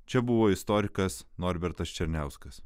čia buvo istorikas norbertas černiauskas